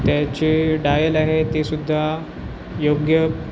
त्याचे डायल आहे ते सुद्धा योग्य